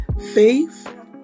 Faith